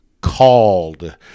called